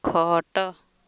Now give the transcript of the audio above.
ଖଟ